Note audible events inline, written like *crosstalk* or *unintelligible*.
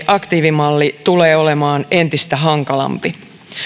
*unintelligible* aktiivimalli tulee olemaan entistä hankalampi